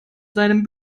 seinem